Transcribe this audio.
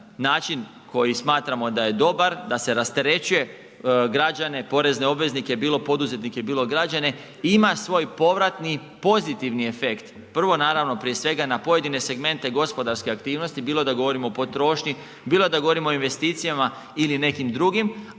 način koji smatramo da je dobar, da se rasterećuje građane, porezne obveznike, bilo poduzetnike i bilo građane ima svoj povratni pozitivni efekt. Prvo naravno prije svega na pojedine segmente gospodarske aktivnosti bilo da govorimo o potrošnji, bilo da govorimo o investicijama ili nekim drugim.